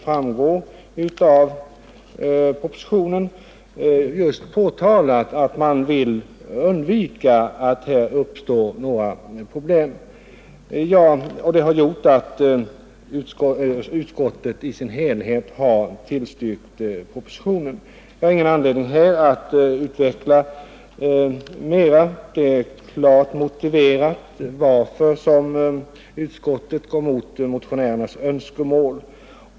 Jag har ingen anledning att nu ytterligare utveckla denna utskottets ståndpunkt. Det är klart motiverat varför utskottet gått emot motionärernas önskemål.